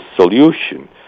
solution